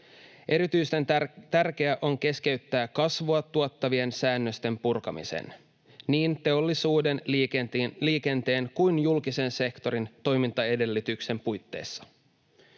Erityisen tärkeää on keskeyttää kasvua tuottavien säännösten purkaminen, niin teollisuuden, liikenteen kuin julkisen sektorin toimintaedellytysten puitteissa.